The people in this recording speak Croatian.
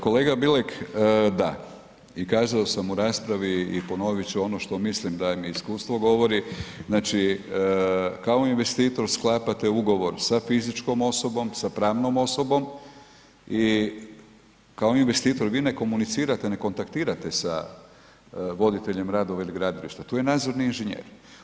Pa kolega Bilek, da, i kazao sam u raspravi i ponovit ću ono što mislim da mi iskustvo govori, znači kao investitor sklapate ugovor sa fizičkom osobom, sa pravnom osobom i kao investitor vi ne komunicirate, ne kontaktirate sa voditeljem radova ili gradilišta, tu je nadzorni inženjer.